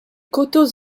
coteaux